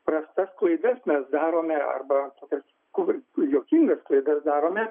prastas klaidas mes darome arba tokias kur juokingas klaidas darome